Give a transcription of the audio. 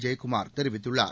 ஜெயக்குமார் தெரிவித்துள்ளார்